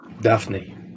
Daphne